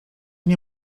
nie